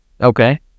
Okay